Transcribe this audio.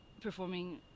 performing